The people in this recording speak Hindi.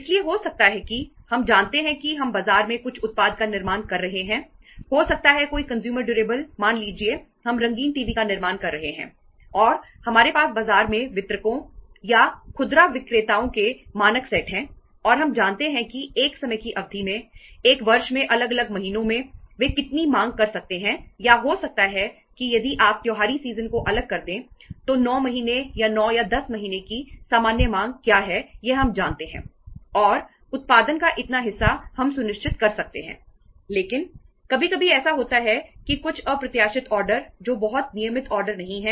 इसलिए हो सकता है कि हम जानते हैं कि हम बाजार में कुछ उत्पाद का निर्माण कर रहे हैं हो सकता है कोई कंज्यूमर ड्यूरेबल मान लीजिए हम रंगीन टीवी का निर्माण कर रहे हैं और हमारे पास बाजार में वितरकों या खुदरा विक्रेताओं के मानक सेट हैं और हम जानते हैं कि एक समय की अवधि में एक वर्ष में अलग अलग महीनों में वे कितनी मांग कर सकते हैं या हो सकता है कि यदि आप त्यौहारी सीज़न को अलग कर दें तो 9 महीने या 9 या 10 महीने की सामान्य मांग क्या है यह हम जानते हैं और उत्पादन का इतना हिस्सा हम सुनिश्चित कर सकते हैं